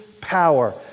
power